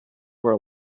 were